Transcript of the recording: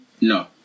no